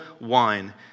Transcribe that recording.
wine